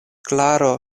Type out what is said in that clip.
klaro